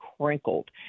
crinkled